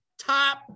Top